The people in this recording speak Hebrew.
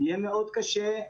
תרשה לי,